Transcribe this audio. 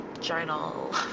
journal